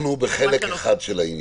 אנחנו בחלק אחד של העניין.